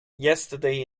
yesterday